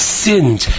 sinned